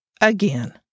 Again